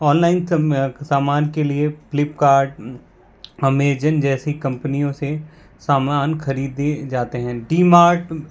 online सब सामान के लिए फ्लिपकार्ड अमेजन जैसी कम्पनियों से सामान ख़रीदे जाते हैं डी मार्ट